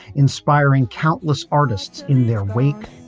inspiring countless artists in their wake